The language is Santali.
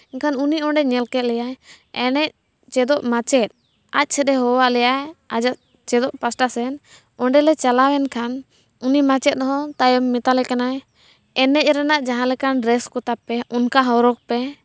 ᱮᱱᱠᱷᱟᱱ ᱩᱱᱤ ᱚᱸᱰᱮ ᱧᱮᱞ ᱠᱮᱫ ᱞᱮᱭᱟᱭ ᱮᱱᱮᱡ ᱪᱮᱫᱚᱜ ᱢᱟᱪᱮᱫ ᱟᱡ ᱪᱮᱫ ᱦᱚᱦᱚᱣᱟᱜ ᱞᱮᱭᱟᱭ ᱟᱭᱟᱜ ᱪᱮᱫᱚᱜ ᱯᱟᱥᱴᱟ ᱥᱮᱱ ᱚᱸᱰᱮᱞᱮ ᱪᱟᱞᱟᱣᱮᱱ ᱠᱷᱟᱱ ᱩᱱᱤ ᱢᱟᱪᱮᱫ ᱦᱚᱸ ᱛᱟᱭᱚᱢ ᱢᱮᱛᱟᱞᱮ ᱠᱟᱱᱟᱭ ᱮᱱᱮᱡ ᱨᱮᱭᱟᱜ ᱡᱟᱦᱟᱸ ᱞᱮᱠᱟᱱ ᱰᱨᱮᱥ ᱠᱚᱛᱟᱯᱮ ᱚᱱᱠᱟ ᱦᱚᱨᱚᱜᱽ ᱯᱮ